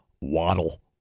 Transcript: waddle